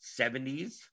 70s